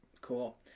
Cool